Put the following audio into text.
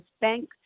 banks